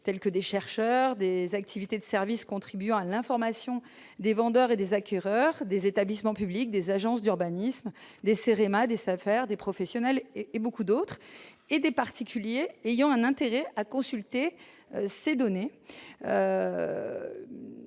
tels que des chercheurs, des activités de services contribuant à l'information des vendeurs et des acquéreurs des établissements publics des agences d'urbanisme sérénades SFR des professionnels et beaucoup d'autres et des particuliers ayant un intérêt à consulter ses données,